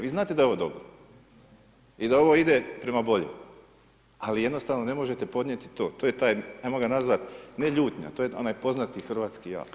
Vi znate da je ovo dobro i da ovo ide prema boljem, ali jednostavno ne možete podnijeti to, to je taj, ajmo ga nazvati, ne ljutnja, to je onaj poznati hrvatski jal.